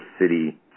city